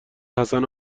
حسن